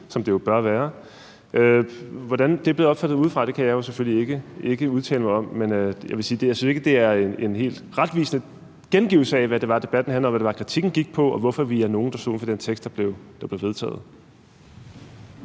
som det jo bør være. Hvordan det er blevet opfattet udefra, kan jeg jo selvfølgelig ikke udtale mig om, men jeg vil sige, at jeg ikke synes, det er en helt retvisende gengivelse af, hvad det var, debatten handlede om, og hvad det var, kritikken gik på, og hvorfor vi er nogle, der stod uden for den tekst, der blev vedtaget.